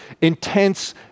intense